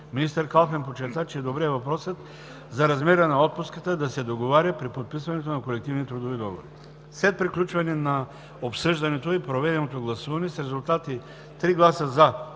Министър Калфин подчерта, че е добре въпросът за размера на отпуската да се договоря при подписване на колективните трудови договори. След приключване на обсъждането и проведеното гласуване с резултати 3 гласа